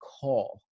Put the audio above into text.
call